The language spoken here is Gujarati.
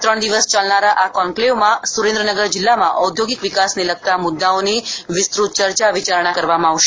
ત્રણ દિવસ ચાલનારા આ કોન્કલેવમાં સુરેન્દ્રનગર જિલ્લામાં ઔદ્યોગિક વિકાસને લગતા મુદ્દાઓની વિસ્તૃત ચર્ચા વિચારણા કરવામાં આવશે